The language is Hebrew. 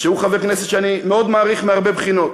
שהוא חבר כנסת שאני מאוד מעריך מהרבה בחינות.